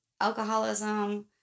alcoholism